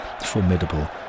formidable